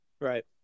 right